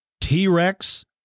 T-Rex